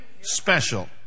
special